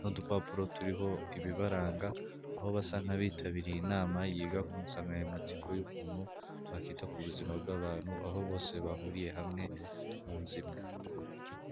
n'udupapuro turiho ibibaranga, aho basa nk'abitabiriye inama yiga ku nsanganyamatsiko y'ukuntu bakwita ku buzima bw'abantu, aho bose bahuriye hamwe mu nzu imwe.